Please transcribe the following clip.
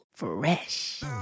fresh